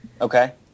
Okay